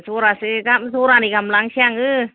जरासे गाहाम जरानै गाहाम लांसै आङो